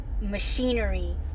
machinery